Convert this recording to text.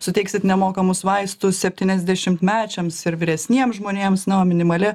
suteiksit nemokamus vaistus septyniasdešimtmečiams ir vyresniems žmonėms na o minimali